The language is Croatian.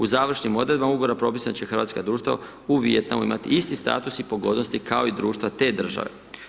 U završnim odredbama Ugovora propisano je da će hrvatsko društvo u Vijetnamu imati isti status i pogodnosti kao i društva te države.